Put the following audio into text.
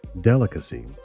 delicacy